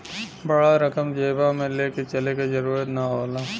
बड़ा रकम जेबा मे ले के चले क जरूरत ना होला